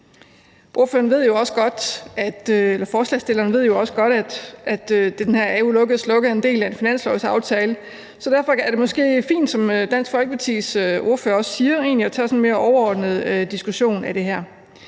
Forslagsstillerne ved jo også godt, at den her jo er lukket og slukket som en del af en finanslovsaftale, så derfor er det måske egentlig fint, som Dansk Folkepartis ordfører også siger, at tage sådan en mere overordnet diskussion af det her.